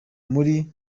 muri